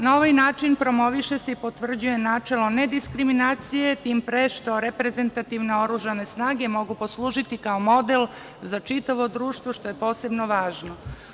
Na ovaj način promoviše se i potvrđuje načelo nediskriminacije, tim pre što reprezentativne oružane snage mogu poslužiti kao model za čitavo društvo, što je posebno važno.